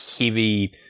heavy